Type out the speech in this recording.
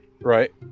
right